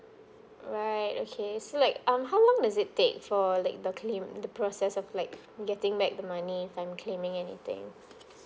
alright okay so like um how long does it take for like the claim the process of like getting back the money if I'm claiming anything